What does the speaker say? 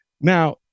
Now